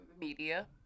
media